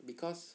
because